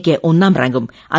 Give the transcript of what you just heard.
യ്ക്ക് ഒന്നാം റാങ്കും ഐ